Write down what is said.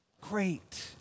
great